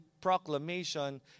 proclamation